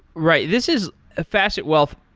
right. this is a facet wealth,